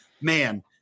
man